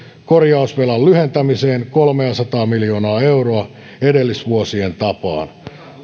korjausvelan lyhentämiseen kolmeasataa miljoonaa euroa edellisvuosien tapaan